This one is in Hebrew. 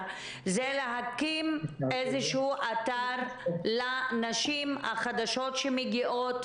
זה להקים איזשהו אתר לנשים החדשות שמגיעות,